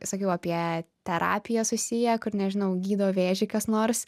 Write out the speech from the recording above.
sakiau apie terapiją susiję kur nežinau gydo vėžį kas nors